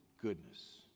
goodness